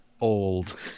old